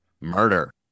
murder